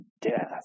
death